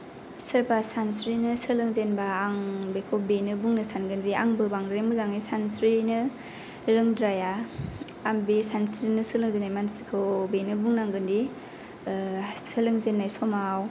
सोरबा सानस्रिनो सोलोंजेनबा आं बिखौ बेनो बुंनो सान्दों दि आंबो बांद्राय मोजाङै सानस्रिनो रोंद्राया आं बे सानस्रिनो सोलोंजेननाय मानसिखौ बेनो बुंनांगोन दि सोलोंजेननाय समाव